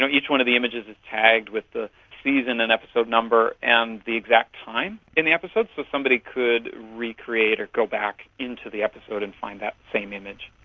um each one of the images is tagged with the season and episode number and the exact time in the episode. so somebody could recreate or go back into the episode and find that same image.